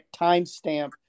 timestamp